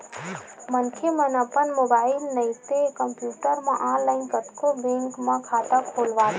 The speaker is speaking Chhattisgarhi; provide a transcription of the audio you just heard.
मनखे मन अपन मोबाईल नइते कम्प्यूटर म ऑनलाईन कतको बेंक म खाता खोलवाथे